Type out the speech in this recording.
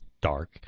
dark